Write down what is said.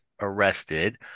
arrested